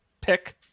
pick